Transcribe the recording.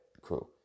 crew